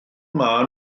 yma